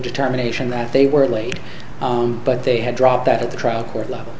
determination that they were late but they had dropped that at the trial court level